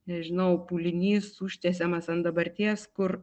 nežinau pūlinys užtiesiamas ant dabarties kur